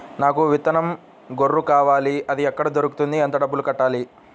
నాకు విత్తనం గొర్రు కావాలి? అది ఎక్కడ దొరుకుతుంది? ఎంత డబ్బులు కట్టాలి?